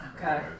Okay